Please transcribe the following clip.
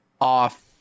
off